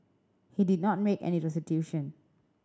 he did not make any restitution